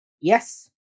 yes